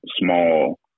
small